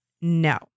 No